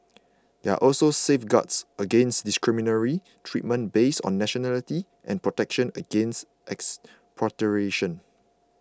there are also safeguards against discriminatory treatment based on nationality and protection against expropriation